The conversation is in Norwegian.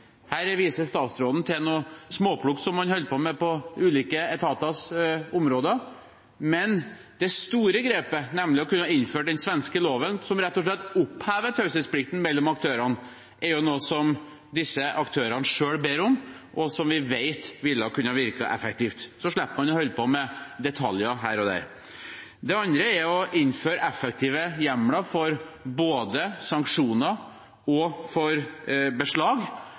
Her viser statsråden til noe småplukk som man holder på med på ulike etaters områder, men det store grepet, nemlig å kunne innføre den svenske loven, som rett og slett opphever taushetsplikten mellom aktørene, er noe som disse aktørene selv ber om, og som vi vet vil kunne virke effektivt. Da slipper man å holde på med detaljer her og der. Det andre er å innføre effektive hjemler for både sanksjoner og beslag, slik at man kan ilegge gebyr på stedet og ta beslag